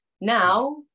now